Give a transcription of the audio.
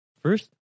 First